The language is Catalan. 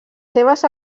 seves